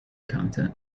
content